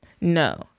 No